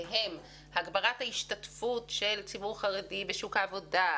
שהן הגברת ההשתתפות של ציבור חרדי בשוק העבודה,